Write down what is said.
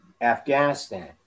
afghanistan